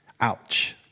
Ouch